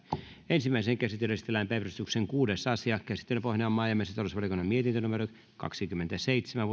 ensimmäiseen käsittelyyn esitellään päiväjärjestyksen kuudes asia käsittelyn pohjana on maa ja metsätalousvaliokunnan mietintö kaksikymmentäseitsemän